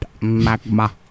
magma